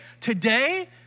today